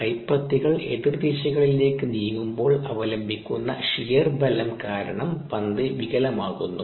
കൈപ്പത്തികൾ എതിർ ദിശകളിലേക്ക് നീങ്ങുമ്പോൾ അവലംബിക്കുന്ന ഷിയർ ബലം കാരണം പന്ത് വികലമാകുന്നു